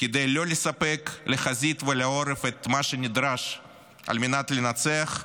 כדי לא לספק לחזית ולעורף את מה שנדרש על מנת לנצח?